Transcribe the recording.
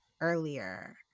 Earlier